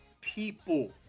people